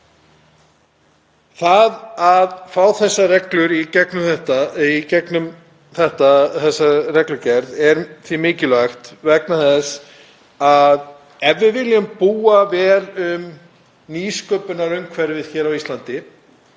Það að fá þessar reglur í gegnum þessa reglugerð er því mikilvægt vegna þess að ef við viljum búa vel um nýsköpunarumhverfið á Íslandi